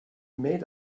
made